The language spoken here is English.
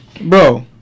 Bro